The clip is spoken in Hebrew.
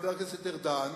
חבר הכנסת ארדן,